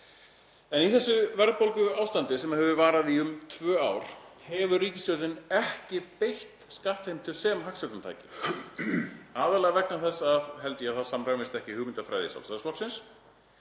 En í þessu verðbólguástandi sem hefur varað í um tvö ár hefur ríkisstjórnin ekki beitt skattheimtu sem hagstjórnartæki, aðallega vegna þess að ég held að það samræmist ekki hugmyndafræði Sjálfstæðisflokksins.